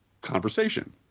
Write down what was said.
conversation